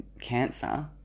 cancer